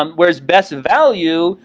um whereas best value,